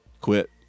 Quit